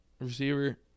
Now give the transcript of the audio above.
Receiver